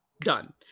Done